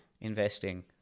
investing